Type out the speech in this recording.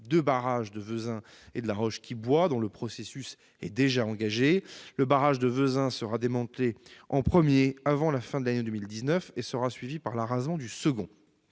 deux barrages de Vezins et la Roche-qui-Boit, dont le processus est déjà engagé. Le barrage de Vezins sera démantelé en premier, avant la fin de l'année 2019, et l'opération sera suivie par l'arasement du second